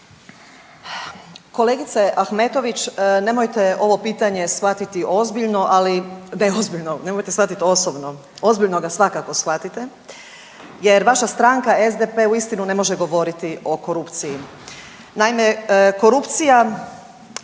Kolegice Ahmetović nemojte ovo pitanje shvatiti ozbiljno, ne ozbiljno, nemojte shvatiti osobno, ozbiljno ga svakako shvatite jer vaša stranka SDP uistinu ne može govoriti o korupciji. Naime, korupcija